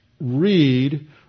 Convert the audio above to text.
read